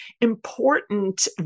important